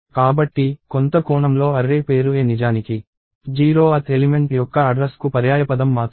కాబట్టి కొంత కోణంలో అర్రే పేరు a నిజానికి 0th ఎలిమెంట్ యొక్క అడ్రస్ కు పర్యాయపదం మాత్రమే